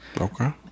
Okay